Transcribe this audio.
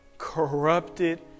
corrupted